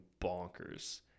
bonkers